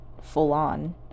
full-on